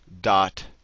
dot